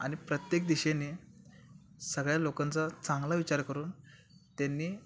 आणि प्रत्येक दिशेने सगळ्या लोकांचा चांगला विचार करून त्यांनी